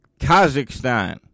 Kazakhstan